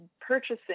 purchasing